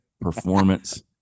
performance